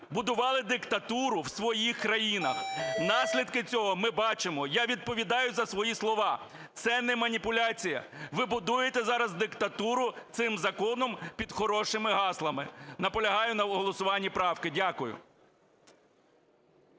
будували диктатуру в своїх країнах. Наслідки цього ми бачимо. Я відповідаю за свої слова. Це не маніпуляція. Ви будуєте зараз диктатуру цим законом під хорошими гаслами. Наполягаю на голосуванні правки. Дякую.